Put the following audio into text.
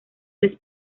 les